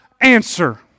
answer